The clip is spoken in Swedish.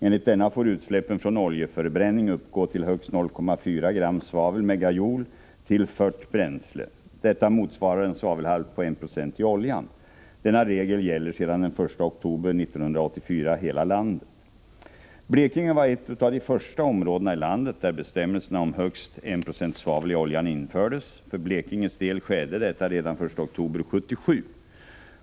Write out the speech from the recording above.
Enligt denna får utsläppen från oljeförbränning uppgå till höst 0,24 g svavel/megajoule tillfört bränsle. Detta motsvarar en svavelhalt på 196 i oljan. Denna regel gäller sedan den 1 oktober 1984 hela landet. Blekinge var ett av de första områdena i landet där bestämmelserna om högst 1 26 svavel i oljan infördes. För Blekinges del skedde detta redan den 1 oktober 1977.